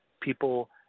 people